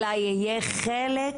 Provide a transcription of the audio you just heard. אלא יהיה חלק